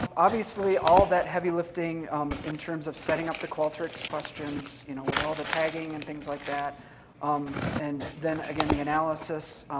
obviously, all that heavy lifting in terms of setting up the qualtrics questions you know with all the tagging and things like that um and then, again, the analysis,